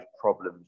problems